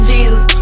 Jesus